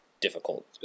difficult